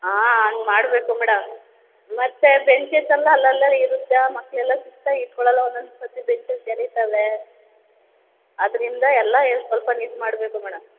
ಆಂ ಹಂಗೆ ಮಾಡಬೇಕು ಮೇಡಮ್ ಮತ್ತು ಬೆಂಚಸ್ ಎಲ್ಲ ಅಲ್ಲಲ್ಲೇ ಇರುತ್ತೆ ಮಕ್ಕಳೆಲ್ಲ ಶಿಸ್ತಾಗಿ ಇಟ್ಕೊಳ್ಳೋಲ್ಲ ಒಂದೊಂದು ಸರ್ತಿ ಬೆಂಚಸ್ ಎಳೀತಾವೆ ಅದರಿಂದ ಎಲ್ಲ ಸ್ವಲ್ಪ ಇದು ಮಾಡಬೇಕು ಮೇಡಮ್